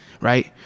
right